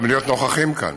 גם להיות נוכחים כאן.